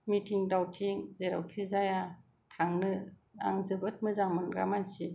meeting दावथिं जेरावखि जाया थांनो आं जोबोद मोजां मोनग्रा मानसि